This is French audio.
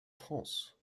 france